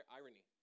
irony